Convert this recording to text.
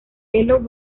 ello